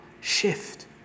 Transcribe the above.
shift